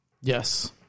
Yes